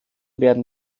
werden